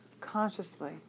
consciously